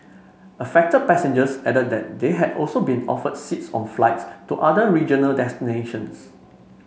affected passengers added that they had also been offered seats on flights to other regional destinations